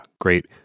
great